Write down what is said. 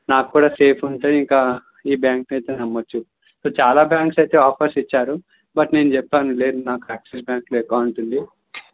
నాకు కూ డా సేఫ్ ఉంటుంది ఇంకా ఈ బ్యాంక్ను అయితే నమ్మవచ్చు సో చాలా బ్యాంక్స్ అయితే ఆఫర్స్ ఇచ్చారు బట్ నేను చెప్పాను లేదు నాకు యాక్సిస్ బ్యాంక్లో అకౌంట్ ఉంది